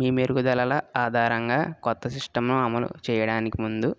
మీ మెరుగుదలల ఆధారంగా కొత్త సిస్టంను అమలు చేయడానికి ముందు